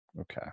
Okay